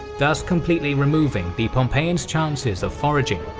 thus completely removing the pompeians' chances of foraging.